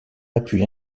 appui